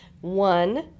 One